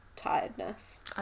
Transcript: tiredness